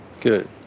Good